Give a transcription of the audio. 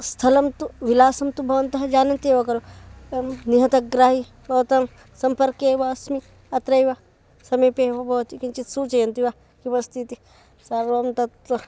स्थलं तु विलासं तु भवन्तः जानन्ति एव कलु एवं निहतग्राही भवतां सम्पर्के एव अस्मि अत्रैव समीपे एव भवति किञ्चित् सूचयन्ति वा किमस्ति इति सर्वं तत्